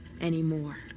anymore